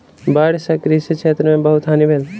बाइढ़ सॅ कृषि क्षेत्र में बहुत हानि भेल